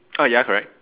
oh ya correct